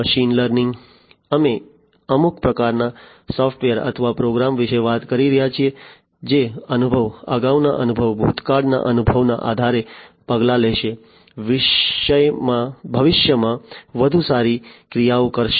machine લર્નિંગમાં અમે અમુક પ્રકારના સોફ્ટવેર અથવા પ્રોગ્રામ વિશે વાત કરી રહ્યા છીએ જે અનુભવ અગાઉના અનુભવ ભૂતકાળના અનુભવના આધારે પગલાં લેશે ભવિષ્યમાં વધુ સારી ક્રિયાઓ કરશે